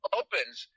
opens